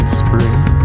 spring